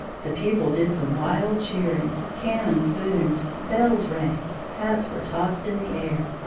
the people did some wild cheering, cannons boomed, bells rang, hats were tossed in the air,